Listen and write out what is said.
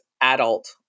adult